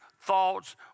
thoughts